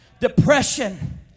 depression